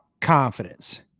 confidence